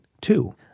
Two